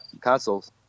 consoles